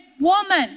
woman